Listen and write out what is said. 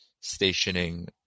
stationing